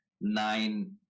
nine